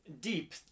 deep